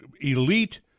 elite